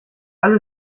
alle